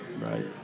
Right